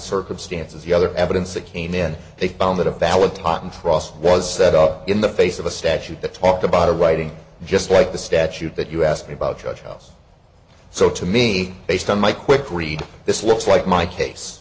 circumstances the other evidence that came in they found that a valid totten trust was set up in the face of a statute that talked about a writing just like the statute that you asked me about judge us so to me based on my quick read this looks like my case